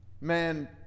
man